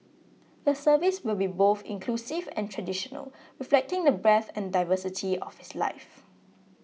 the service will be both inclusive and traditional reflecting the breadth and diversity of his life